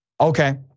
Okay